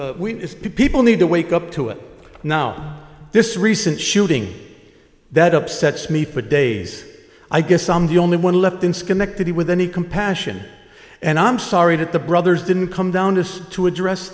is people need to wake up to it now this recent shooting that upsets me for days i guess i'm the only one left in schenectady with any compassion and i'm sorry that the brothers didn't come down to us to address